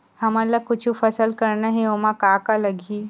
हमन ला कुछु फसल करना हे ओमा का का लगही?